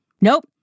Nope